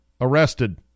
Arrested